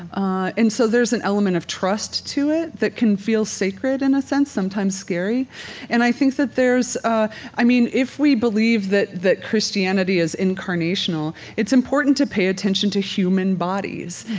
ah and so there's an element of trust to it that can feel sacred in a sense, sometimes scary and i think that there's a i mean, if we believe that that christianity is incarnational, it's important to pay attention to human bodies.